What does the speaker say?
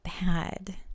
bad